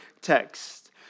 text